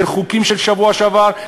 של חוקים של שבוע שעבר,